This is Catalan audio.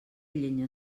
llenya